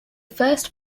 first